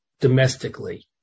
domestically